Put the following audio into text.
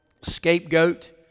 scapegoat